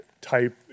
type